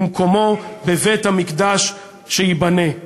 ומקומו בבית-המקדש שייבנה".